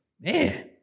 Man